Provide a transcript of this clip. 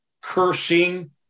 cursing